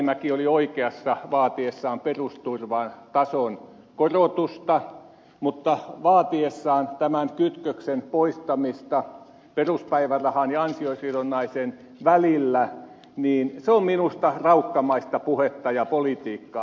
karimäki oli oikeassa vaatiessaan perusturvan tason korotusta mutta kun hän vaati peruspäivärahan ja ansiosidonnaisen kytköksen poistamista se on minusta raukkamaista puhetta ja politiikkaa